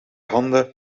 handen